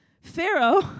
Pharaoh